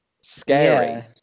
scary